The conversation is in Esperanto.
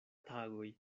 tagoj